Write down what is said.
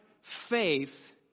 faith